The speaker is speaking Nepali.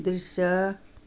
दृश्य